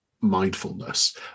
mindfulness